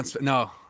No